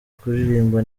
kuririmba